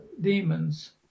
demons